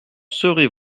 serez